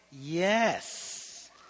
Yes